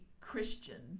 Christian